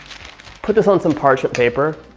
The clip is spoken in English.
put this on some parchment paper.